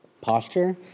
posture